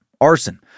arson